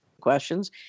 questions